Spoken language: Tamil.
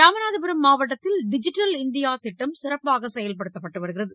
ராமநாதபுரம் மாவட்டத்தில் டிஜிட்டல் இந்தியா திட்டம் சிறப்பாக செயல்படுத்தப்பட்டு வருகிறது